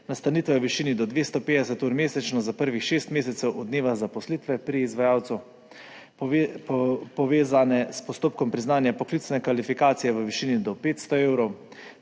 nastanitve v višini do 250 ur mesečno za prvih šest mesecev od dneva zaposlitve pri izvajalcu, povezane s postopkom priznanja poklicne kvalifikacije v višini do 500 evrov,